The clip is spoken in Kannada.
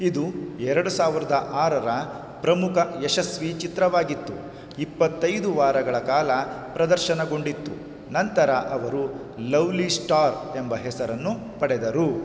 ಇದು ಎರಡು ಸಾವಿರದ ಆರರ ಪ್ರಮುಖ ಯಶಸ್ವಿ ಚಿತ್ರವಾಗಿತ್ತು ಇಪ್ಪತ್ತೈದು ವಾರಗಳ ಕಾಲ ಪ್ರದರ್ಶನಗೊಂಡಿತ್ತು ನಂತರ ಅವರು ಲವ್ಲಿ ಸ್ಟಾರ್ ಎಂಬ ಹೆಸರನ್ನು ಪಡೆದರು